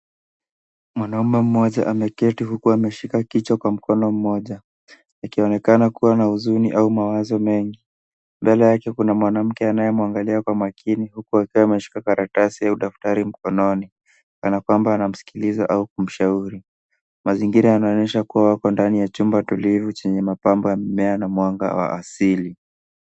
Mwanaume mmoja ameketi huku ameshika kichwa kwa mkono mmoja, ikionekana kuwa na huzuni au mawazo mengi. Mbele yake kuna mwanamke anayemwangalia kwa makini huku akiwa ameshika karatasi au daftari mkononi, kana kwamba anamsikiliza au kumshauri. Mazingira yanaonyesha kuwa wako ndani ya chumba tulivu chenye mapambo ya mimea na mwanga wa asili.